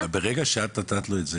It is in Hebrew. ברגע שאת נתת לו את זה,